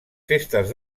festes